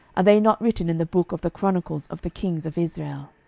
are they not written in the book of the chronicles of the kings of israel?